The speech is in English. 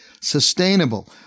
sustainable